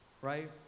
Right